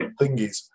thingies